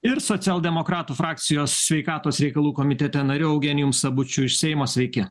ir socialdemokratų frakcijos sveikatos reikalų komitete nariu eugenijum sabučiu iš seimo sveiki